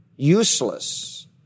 useless